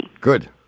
Good